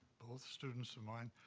both students of mine,